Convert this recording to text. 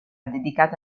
dedicata